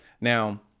Now